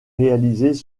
réalisées